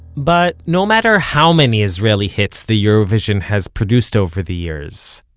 but no matter how many israeli hits the eurovision has produced over the years,